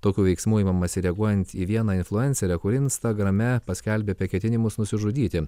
tokių veiksmų imamasi reaguojant į vieną influencerę kuri instagrame paskelbė apie ketinimus nusižudyti